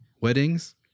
weddings